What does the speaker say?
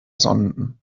sonden